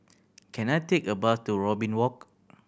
can I take a bus to Robin Walk